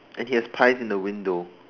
and he has pies in the window